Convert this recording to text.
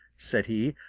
said he,